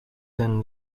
then